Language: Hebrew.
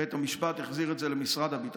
בית המשפט החזיר את זה למשרד הביטחון.